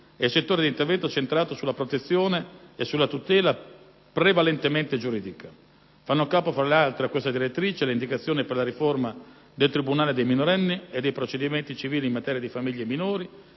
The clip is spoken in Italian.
è il settore di intervento centrato sulla protezione e sulla tutela prevalentemente giuridica. Fanno capo, tra le altre, a questa direttrice le indicazioni per la riforma del tribunale dei minorenni e dei procedimenti civili in materia di famiglia e minori,